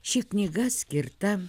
ši knyga skirta